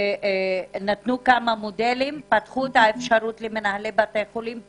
נתנו כמה מודלים ופתחו את האפשרות למנהלי בתי החולים.